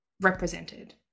represented